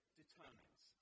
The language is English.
determines